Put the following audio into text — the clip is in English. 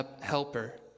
helper